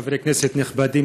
חברי כנסת נכבדים,